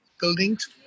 buildings